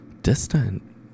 distant